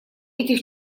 этих